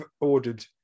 ordered